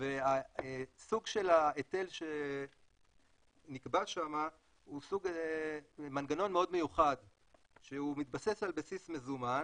והסוג של ההיטל שנקבע שם הוא מנגנון מאוד מיוחד שמתבסס על בסיס מזומן,